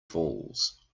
falls